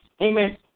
amen